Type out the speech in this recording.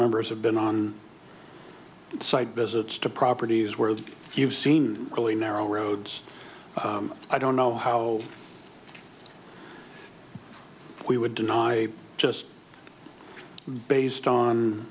members have been on site visits to properties where the you've seen really narrow roads i don't know how we would deny just based on